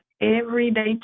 everyday